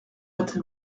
être